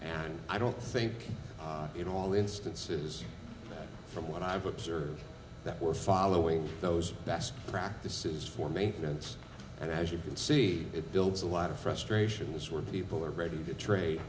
and i don't think in all instances from what i've observed that we're following those best practices for maintenance and as you can see it builds a lot of frustrations where people are ready to trade